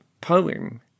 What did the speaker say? poem